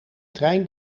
trein